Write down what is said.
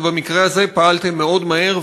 ובמקרה הזה פעלתם מאוד מהר,